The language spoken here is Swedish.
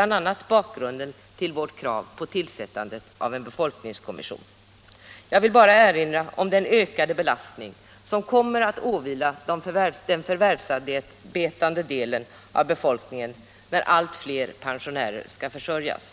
a. detta är bakgrunden till vårt krav på tillsättandet av en befolkningskommission. Jag vill bara erinra om den ökade belastningen på den förvärvsarbetande delen av befolkningen när allt fler pensionärer skall försörjas.